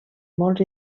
molts